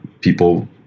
people